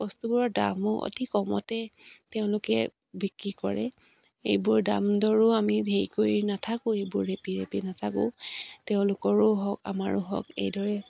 বস্তুবোৰৰ দামো অতি কমতে তেওঁলোকে বিক্ৰী কৰে এইবোৰ দামদৰো আমি হেৰি কৰি নাথাকোঁ এইবোৰ ৰেপি ৰেপি নাথাকোঁ তেওঁলোকৰো হওক আমাৰো হওক এইদৰে